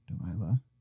Delilah